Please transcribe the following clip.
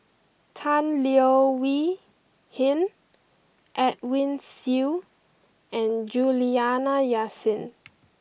Tan Leo Wee Hin Edwin Siew and Juliana Yasin